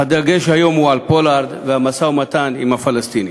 אך הדגש היום הוא על פולארד ועל המשא-ומתן עם הפלסטינים.